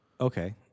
Okay